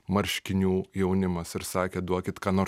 marškinių jaunimas ir sakė duokit ką nors